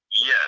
Yes